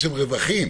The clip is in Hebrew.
רווחים.